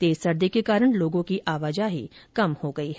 तेज सर्दी के कारण लोगों की आवाजाही कम हो गई है